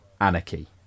anarchy